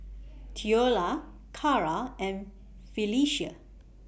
Theola Carra and Phylicia